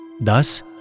Thus